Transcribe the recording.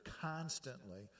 constantly